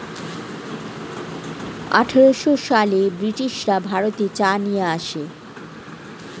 আঠারোশো সালে ব্রিটিশরা ভারতে চা নিয়ে আসে